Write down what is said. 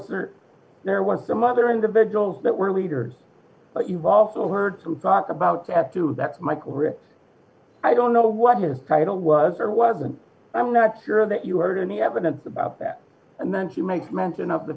says there was some other individuals that were leaders but you've also heard some thoughts about that too that michael i don't know what his title was or wasn't i'm not sure that you heard any evidence about that and then he makes mention of the